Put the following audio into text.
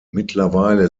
mittlerweile